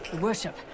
Worship